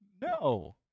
No